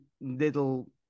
little